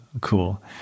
cool